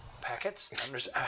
Packets